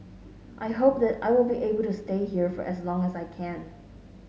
I hope that I will be able to stay here for as long as I can